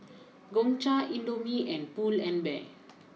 Gongcha Indomie and Pull and Bear